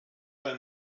bei